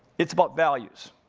it's about values.